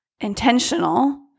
intentional